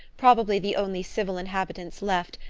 probably the only civil inhabitants left,